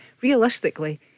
Realistically